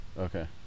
Okay